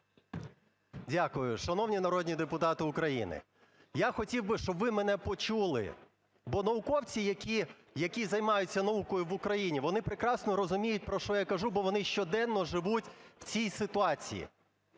Дякую. Шановні народні депутати України, я хотів би, щоб ви мене почули, бо науковці, які займаються наукою в Україні, вони прекрасно розуміють про що я кажу, бо вони щоденно живуть в цій ситуації.